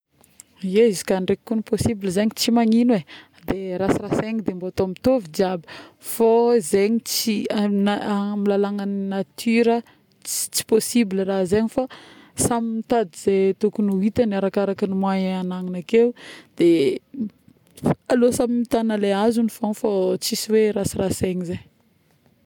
Ie, izy kô ndraiky zegny possible zegny tsy magnino ee, de rasarasaigny de atao mitovy jiaby fô zegny tsy amin'ny lalanan'ny natiora tsy possible raha zegny fô samy mitady ze tokogny ho hitagny arakaraka ny moyen agnanany ake de alo samy mitady le azogny fôgny fô tsisy oe rasarasaigny ze.